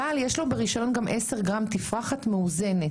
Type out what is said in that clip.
אבל יש לו ברישיון גם 10 גרם תפרחת מאוזנת.